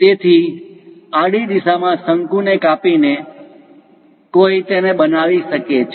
તેથી આડી દિશામાં શંકુ ને કાપીને કોઈ તેને બનાવી શકે છે